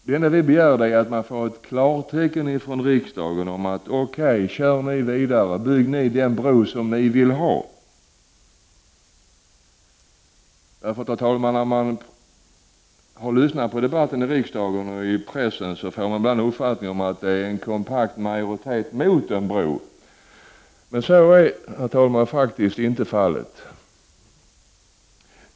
Det enda vi begär är ett klartecken från riksdagen om att det är okej, att vi kan bygga den bro som vi vill ha. Herr talman! När man har lyssnat på debatten i riksdagen och sett den i pressen får man ibland en uppfattning att det finns en kompakt majoritet mot en bro. Men så är faktiskt inte fallet, herr talman.